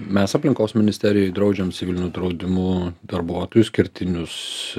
mes aplinkos ministerijoj draudžiam civiliniu draudimu darbuotojus kertinius